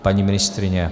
Paní ministryně?